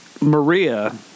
Maria